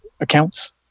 accounts